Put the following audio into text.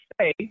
say